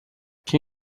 can